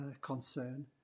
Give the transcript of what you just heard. concern